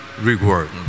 reward